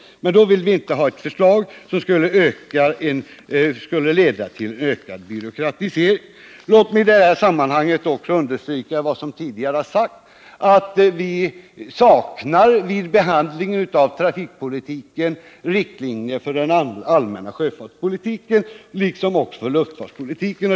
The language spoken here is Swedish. Vi vill alltså inte anta ett förslag som skulle leda till en ökning av byråkratiseringen. Låt mig i detta sammanhang också understryka vad som tidigare sagts, nämligen att vi vid behandlingen av trafikpolitiken saknar riktlinjer för den allmänna sjöfartspolitiken och luftfartspolitiken.